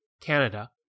Canada